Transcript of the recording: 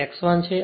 આ મારો x1 છે